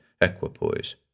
equipoise